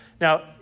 Now